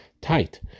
tight